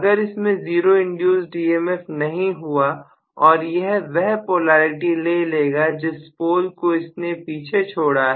अगर इसमें 0 induced emf नहीं हुआ और यह वह पोलैरिटी ले लेगा जिस पोल को इसने पीछे छोड़ा है